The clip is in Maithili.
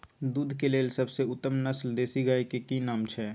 दूध के लेल सबसे उत्तम नस्ल देसी गाय के की नाम छै?